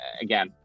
again